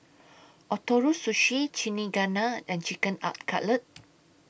Ootoro Sushi Chigenabe and Chicken Cutlet